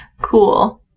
Cool